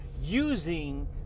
using